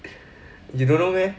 you don't know meh